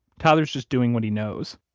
tyler's just doing what he knows.